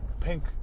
pink